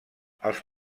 als